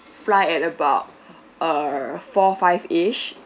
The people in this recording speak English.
fly at about err four five-ish